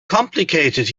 complicated